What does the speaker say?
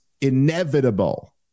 inevitable